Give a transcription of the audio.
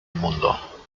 mundo